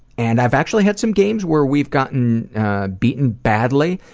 and i've actually had some games where we've gotten beaten badly,